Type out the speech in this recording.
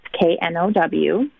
K-N-O-W